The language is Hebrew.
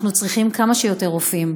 אנחנו צריכים כמה שיותר רופאים.